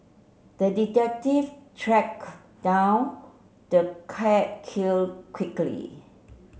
the detective tracked down the cat kill quickly